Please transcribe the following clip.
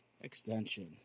extension